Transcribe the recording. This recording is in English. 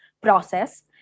process